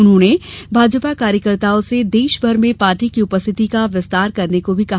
उन्होंने भाजपा कार्यकर्ताओं से देश भर में पार्टी की उपरिथिति का विस्तार करने को भी कहा